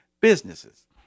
businesses